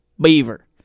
Beaver